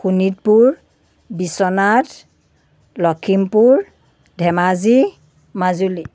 Sonitpur Biswanath Lakhimpur Dhemaji Majuli